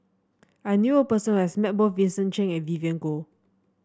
I knew a person who has met both Vincent Cheng and Vivien Goh